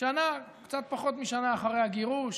שנה או קצת פחות משנה אחרי הגירוש,